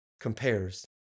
compares